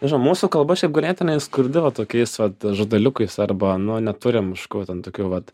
nežinau mūsų kalba šiaip ganėtinai skurdi va tokiais vat žodeliukais arba nu neturim kažkokių va ten tokių vat